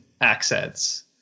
accents